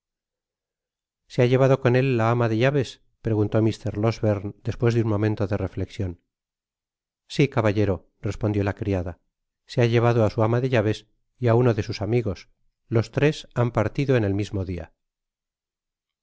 se ha llevado con él la ama de llaves preguntó mr losberne despues de un momento de reflecsion si caballero respondió la criada se ha llevado á su ama de llaves y á uno de sus amigos los tres han partido en el mismo dia